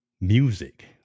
music